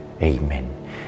Amen